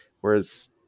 whereas